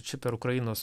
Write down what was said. čia per ukrainos